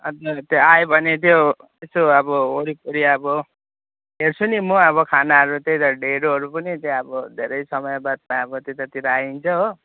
अन्त त्यो आयो भने त्यो यसो अब वरिपरि अब हेर्छु नि म अब खानाहरू त्यही त ढिँडोहरू पनि त्यहाँ अब धेरै समय बादमा अब त्यतातिर आइन्छ हो